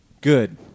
Good